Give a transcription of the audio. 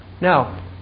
Now